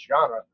genre